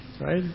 right